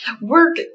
work